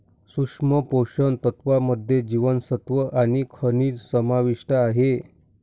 सूक्ष्म पोषण तत्त्वांमध्ये जीवनसत्व आणि खनिजं समाविष्ट आहे